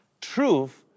Truth